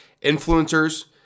influencers